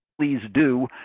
please do.